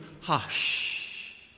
hush